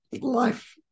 life